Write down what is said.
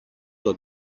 στο